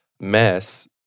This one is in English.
mess